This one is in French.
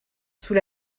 sous